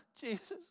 Jesus